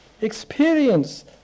Experience